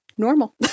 normal